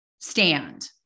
stand